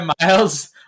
miles